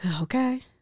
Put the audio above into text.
Okay